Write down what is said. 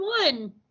one